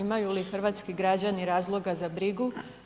Imaju li hrvatski građani razloga za brigu?